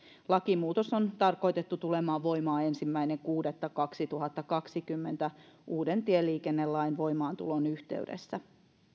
lakimuutos on tarkoitettu tulemaan voimaan ensimmäinen kuudetta kaksituhattakaksikymmentä uuden tieliikennelain voimaantulon yhteydessä